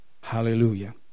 Hallelujah